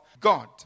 God